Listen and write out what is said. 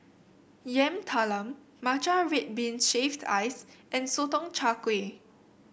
Yam Talam Matcha Red Bean Shaved Ice and Sotong Char Kway